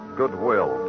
goodwill